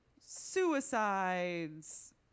suicides